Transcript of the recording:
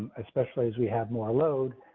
especially as we have more load.